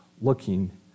looking